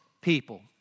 people